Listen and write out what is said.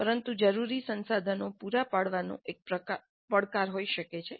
પરંતુ જરૂરી સંસાધનો પૂરા પાડવાનું એક પડકાર હોઈ શકે છે